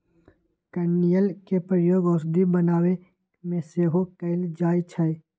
कनइल के प्रयोग औषधि बनाबे में सेहो कएल जाइ छइ